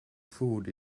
food